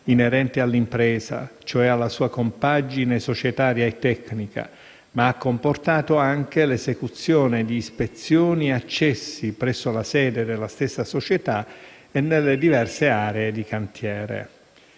inerente all'impresa, cioè alla sua compagine societaria e tecnica, ma ha comportato anche l'esecuzione di ispezioni e accessi presso le sede della stessa società e nelle diverse aree di cantiere.